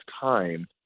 time